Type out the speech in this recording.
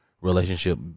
relationship